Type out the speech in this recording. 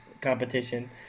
Competition